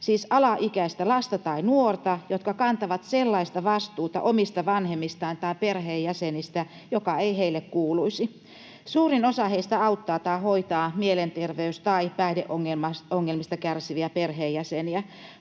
siis alaikäistä lasta tai nuorta, jotka kantavat sellaista vastuuta omista vanhemmistaan tai perheenjäsenistään, joka ei heille kuuluisi. Suurin osa heistä auttaa tai hoitaa mielenterveys- tai päihdeongelmista kärsiviä perheenjäseniä,